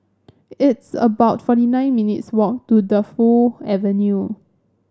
it's about forty nine minutes walk to Defu Avenue